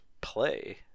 play